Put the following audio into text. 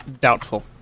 Doubtful